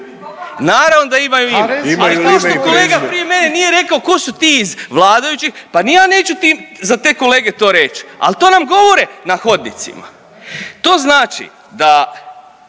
Imaju li ime i prezime?/… a to što kolega prije mene nije rekao ko su ti iz vladajućih, pa ni ja neću za te kolege to reć, al to nam govore na hodnicima. To znači da